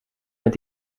met